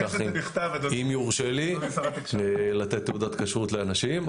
אם יורשה לי לתת תעודת כשרות לאנשים,